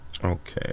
Okay